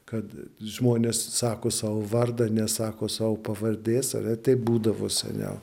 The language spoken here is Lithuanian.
kad žmonės sako savo vardą nesako savo pavardės save taip būdavo seniau